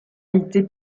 été